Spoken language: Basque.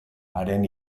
haren